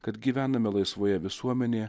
kad gyvename laisvoje visuomenėje